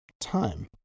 time